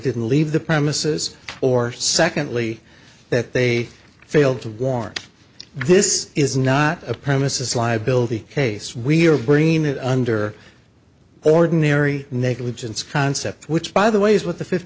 didn't leave the premises or secondly that they failed to warn this is not a premises liability case we're bringing that under ordinary negligence concept which by the way is what the fifth